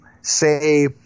say